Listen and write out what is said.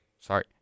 sorry